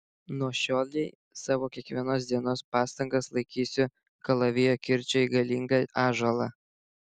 nuo šiolei savo kiekvienos dienos pastangas laikysiu kalavijo kirčiu į galingą ąžuolą